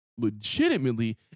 legitimately